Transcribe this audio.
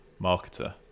marketer